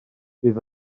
bydd